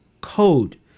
code